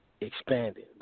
expanding